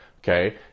Okay